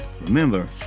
Remember